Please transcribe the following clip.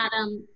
Adam